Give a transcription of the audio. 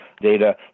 data